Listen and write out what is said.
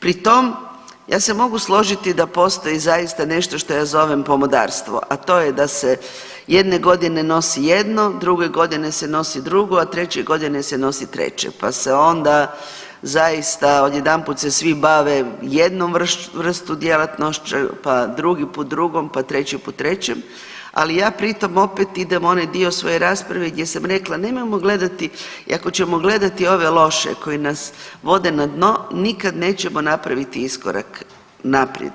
Pri tom, ja se mogu složiti da postoji zaista nešto što ja zovem pomodarstvo, a to je da se jedne godine nosi jedno, druge godine se nosi drugo, a treće godine se nosi treće pa se onda zaista odjedanput se svi bave jednom vrstom djelatnošću pa drugi put drugom pa treći po trećem, ali ja pritom opet idem onaj dio svoje rasprave gdje sam rekla, nemojmo gledati i ako ćemo gledati ove loše koji nas vode na dno, nikad nećemo napraviti iskorak naprijed.